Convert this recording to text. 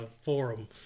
forum